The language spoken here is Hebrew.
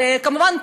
וכמובן,